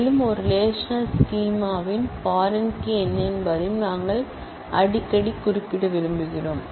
மேலும் ஒரு relational schema ன் பாரின் கீ என்ன என்பதையும் நாங்கள் அடிக்கடி குறிப்பிட விரும்புகிறோம்